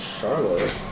Charlotte